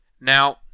Now